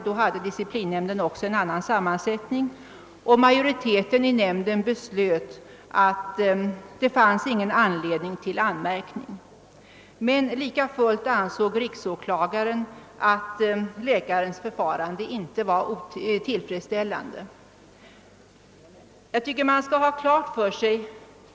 Då hade disciplinnämnden också en annan sammansättning, och majoriteten i nämnden beslöt att det inte fanns någon anledning till anmärkning. Men lika fullt ansåg riksåklagaren att läkarens förfarande inte var tillfredsställande.